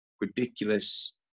ridiculous